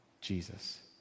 Jesus